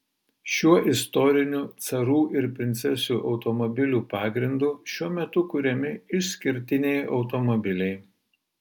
šiuo istoriniu carų ir princesių automobilių pagrindu šiuo metu kuriami išskirtiniai automobiliai